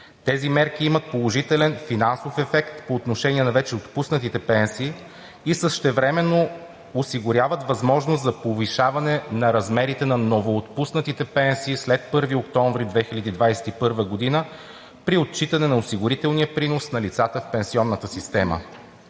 Тези мерки имат положителен финансов ефект по отношение на вече отпуснатите пенсии, същевременно осигуряват възможност за повишаване на размерите на новоотпуснатите пенсии след 1 октомври 2021 г. при отчитане на осигурителния принос на лицата в пенсионната система.